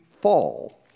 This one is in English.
fall